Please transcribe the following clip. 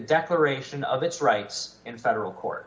declaration of its rights in federal court